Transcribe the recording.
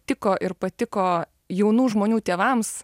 tiko ir patiko jaunų žmonių tėvams